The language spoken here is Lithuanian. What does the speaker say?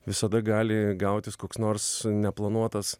visada gali gautis koks nors neplanuotas